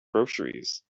groceries